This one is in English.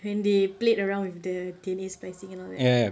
and they played around with the D_N_A splicing and all that